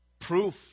proof